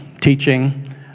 teaching